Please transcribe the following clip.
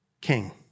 king